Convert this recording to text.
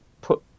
put